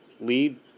lead